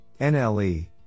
NLE